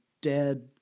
dead